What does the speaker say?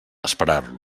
esperar